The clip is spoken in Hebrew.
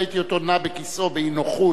ראיתי אותו נע בכיסאו באי-נוחות.